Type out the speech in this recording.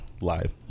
live